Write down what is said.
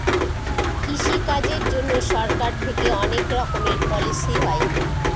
কৃষি কাজের জন্যে সরকার থেকে অনেক রকমের পলিসি হয়